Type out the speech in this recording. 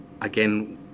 Again